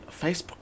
Facebook